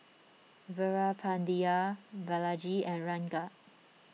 Veerapandiya Balaji and Ranga